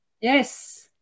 Yes